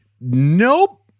nope